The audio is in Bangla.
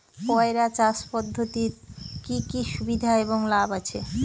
পয়রা চাষ পদ্ধতির কি কি সুবিধা এবং লাভ আছে?